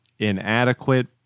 inadequate